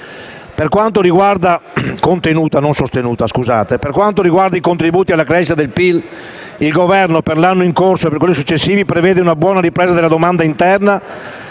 Per quanto riguarda i contributi alla crescita del PIL, il Governo, per l'anno in corso e per quelli successivi, prevede una buona ripresa della domanda interna